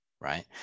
right